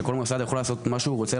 שכל מוסד יכול לעשות מה שהוא רוצה,